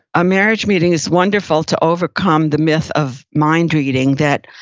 a marriage meeting is wonderful to overcome the myth of mind reading that,